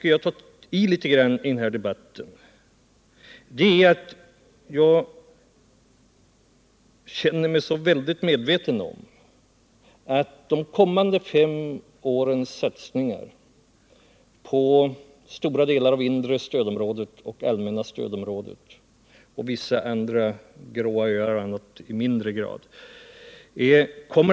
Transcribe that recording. Att jag gjort det kanske beror på att jag känner mig så starkt medveten om att de kommande fem årens satsningar kommer att bli i hög grad avgörande för stora delar av det inre stödområdet och det allmänna stödområdet liksom, i mindre utsträckning, för vissa grå zoner.